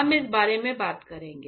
हम इस बारे में बात करेंगे